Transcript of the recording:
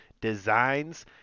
designs